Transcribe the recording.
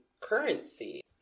currency